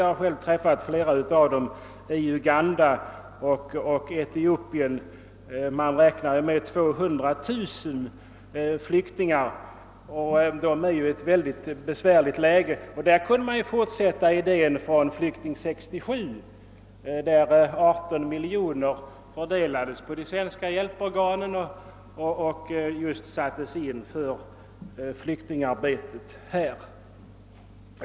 Jag har själv träffat flera av dem i Uganda och Etiopien. Man räknar med att 200 000 flyktingar befinner sig i ett mycket besvärligt läge. Man kunde där fortsätta att arbeta med idén från »Flykting 67«, då 18 miljoner kronor fördelades på de svenska hjälporganen och sattes in för flyktingarbetet här.